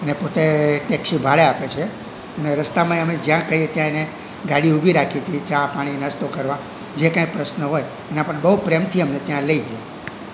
અને પોતે ટેક્સી ભાડે આપે છે ને રસ્તામાં ય અમે જ્યાં કહીએ ત્યાં એને ગાડી ઊભી રાખી તી ચા પાણી નાસ્તો કરવા જે કાંઇ પ્રશ્ન હોય એના પર બહુ પ્રેમથી અમને ત્યાં લઈ ગયો